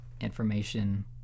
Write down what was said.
information